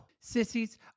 Sissies